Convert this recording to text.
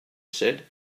said